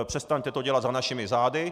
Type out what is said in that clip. Přestaňte to dělat za našimi zády.